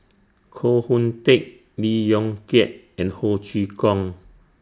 Koh Hoon Teck Lee Yong Kiat and Ho Chee Kong